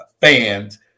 fans